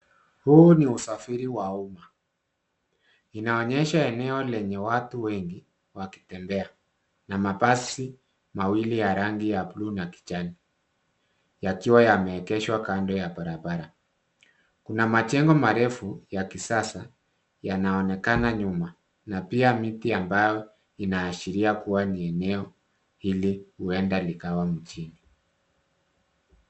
Huu ni usafiri wa umma. Inaonyesha eneo lenye watu wengi wakitembea na mabasi mawili ya rangi ya blue na kijani yakiwa yameegeshwa kando ya barabara. Kuna majengo marefu ya kisasa yanaonekana nyuma na pia miti ambayo inaashiria kuwa ni eneo hili huenda likawa mjini.